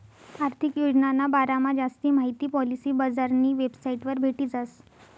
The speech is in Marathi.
आर्थिक योजनाना बारामा जास्ती माहिती पॉलिसी बजारनी वेबसाइटवर भेटी जास